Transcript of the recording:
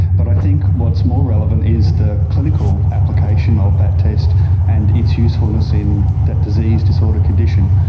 but i think what's more relevant is the clinical application of that test and its usefulness in that disease, disorder, condition.